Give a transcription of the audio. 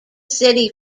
city